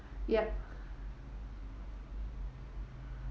yup